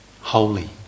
Holy